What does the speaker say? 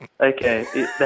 Okay